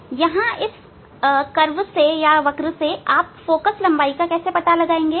अब यहां इस वक्र से फोकल लंबाई का कैसे पता लगाएंगे